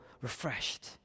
refreshed